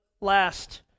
last